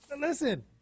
listen